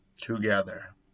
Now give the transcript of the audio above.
together